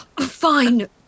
Fine